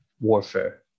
warfare